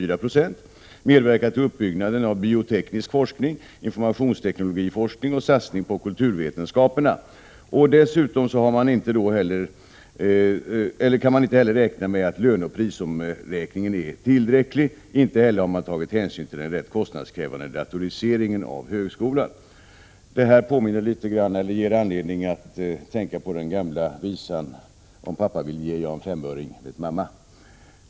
Utrymme skall också finnas för medverkan till uppbyggnaden av bioteknisk forskning, informationsteknologisk forskning och satsning på kulturvetenskaperna. Dessutom kan man inte räkna med att löneoch prisomräkningen är tillräcklig, och inte heller har man tagit hänsyn till den rätt kostnadskrävande datoriseringen av högskolan. Detta ger anledning att tänka på den gamla visan ”Om pappa ville ge jag en femöring, vet mamma”.